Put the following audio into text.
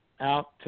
out